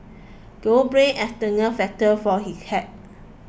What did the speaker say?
don't blame external factor for this hack